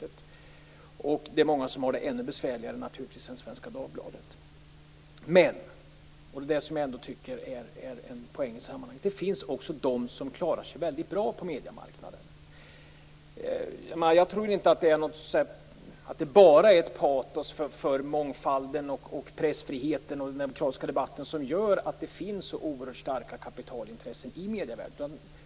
Det är naturligtvis många som har det besvärligare än Men - och det är det som jag tycker är en poäng i sammanhanget - det finns också de som klarar sig väldigt bra på mediemarknaden. Jag tror inte att det bara är patos för mångfalden, pressfriheten och den demokratiska debatten som gör att det finns så oerhört starka kapitalintressen i medievärlden.